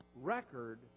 record